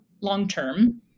long-term